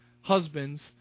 husbands